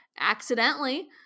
accidentally